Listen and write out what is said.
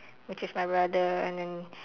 which is my brother and then